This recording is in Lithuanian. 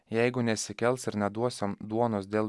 jeigu nesikels ir neduosim duonos dėl